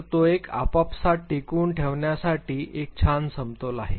तर तो एक आपापसांत टिकवून ठेवण्यासाठी एक छान समतोल आहे